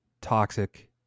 toxic